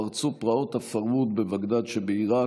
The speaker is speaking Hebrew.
פרצו פרעות הפרהוד בבגדאד שבעיראק.